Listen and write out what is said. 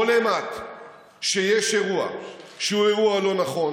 כל אימת שיש אירוע שהוא אירוע לא נכון